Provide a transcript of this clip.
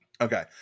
Okay